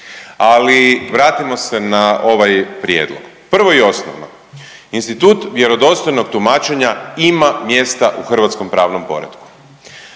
Ali vratimo se na ovaj prijedlog. Prvo i osnovno, institut vjerodostojnog tumačenja ima mjesta u hrvatskom pravnom poretku.